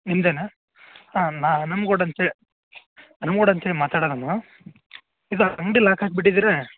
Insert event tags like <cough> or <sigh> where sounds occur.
ನಿಮ್ಮದೇನ ಹಾಂ ನಮ್ಗೋಡ್ ಅಂಥೇಳಿ <unintelligible> ಇದು ಅಂಗಡಿ ಲಾಕ್ ಹಾಕ್ಬಿಟ್ಟಿದ್ದೀರಾ